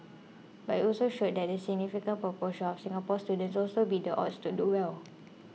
but it also showed that a significant proportion of Singapore students also beat the odds to do well